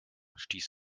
stieß